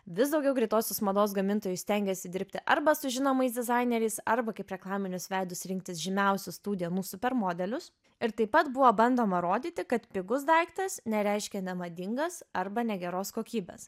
vis daugiau greitosios mados gamintojų stengėsi dirbti arba su žinomais dizaineriais arba kaip reklaminius veidus rinktis žymiausius tų dienų super modelius ir taip pat buvo bandoma rodyti kad pigus daiktas nereiškia nemadingas arba negeros kokybės